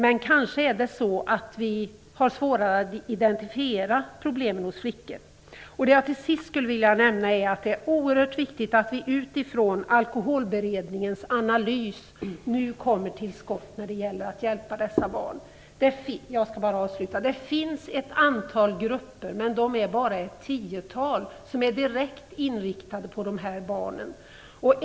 Men kanske är det så att vi har svårare att identifiera problemen hos flickor. Det jag till sist skulle vilja nämna är att det är oerhört viktigt att vi utifrån Alkoholberedningens analys nu kommer till skott för att hjälpa dessa barn. Det finns ett antal grupper, men det är bara ett tiotal, som är direkt inriktade på dessa barn.